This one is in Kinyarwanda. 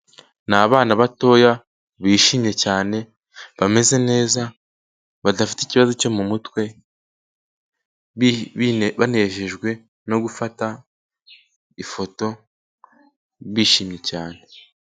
Ni abana batoya bishimye cyane bameze neza, badafite ikibazo cyo mu mutwe, banejejwe no gufata ifoto bishimye cyane.